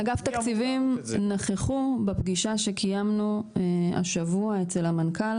אגף תקציבים נכחו בפגישה שקיימנו השבוע עם המנכ״ל,